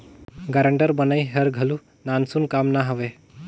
guarantor बनई हर घलो नानसुन काम ना हवे